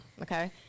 Okay